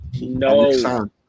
No